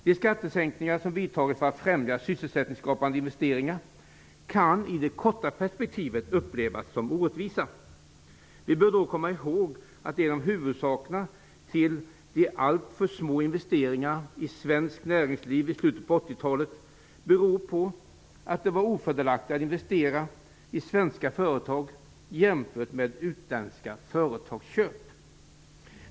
De skattesänkningar som vidtagits för att främja sysselsättningsskapande investeringar kan i det korta perspektivet upplevas som orättvisa. Vi bör då komma ihåg att en av huvudorsakerna till alltför små investeringar i svenskt näringsliv i slutet på 1980-talet beror på att det var ofördelaktigt att investera i svenska företag jämfört med utländska företagsköp.